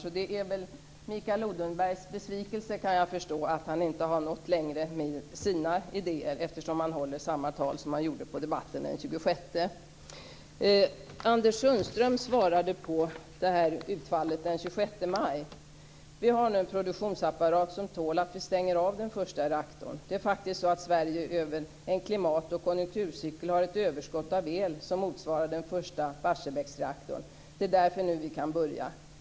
Jag förstår att Mikael Odenberg är besviken över att han inte har nått längre med sina idéer, eftersom han här håller samma tal som han höll vid debatten den 26 maj. Anders Sundström svarade på utfallet den 26 maj med att säga: Vi har nu en produktionsapparat som tål att vi stänger av den första reaktorn. Det är faktiskt så att Sverige över en klimat och konjunkturcykel har ett överskott av el som motsvarar den första Barsebäcksreaktorn. Det är därför vi nu kan börja.